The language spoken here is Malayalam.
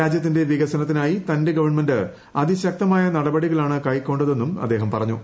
രാജ്യത്തിന്റെ വികസനത്തിനായി തന്റെ ഗവണ്മെന്റ് അതിശക്തമായ നടപടികളാണ് കൈക്കൊണ്ടതെന്നും അദ്ദേഹം പറഞ്ഞു